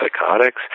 psychotics